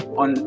on